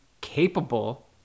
capable